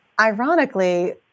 Ironically